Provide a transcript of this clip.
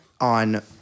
on